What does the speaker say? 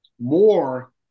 more